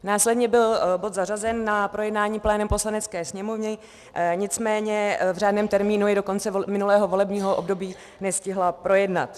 Následně byl bod zařazen na projednání plénem Poslanecké sněmovny, nicméně v řádném termínu jej do konce minulého volebního období nestihla projednat.